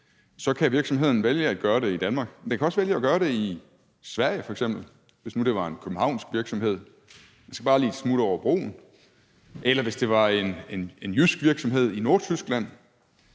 så kan virksomheden vælge at gøre det i Danmark, men den kan også vælge at gøre det i Sverige f.eks., hvis det nu var en københavnsk virksomhed. Man skal bare lige et smut over broen. Eller hvis det var en jysk virksomheden: i Nordtyskland.